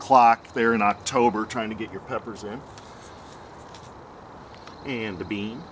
clock there in october trying to get your peppers in and to be